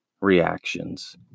reactions